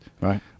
Right